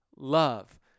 Love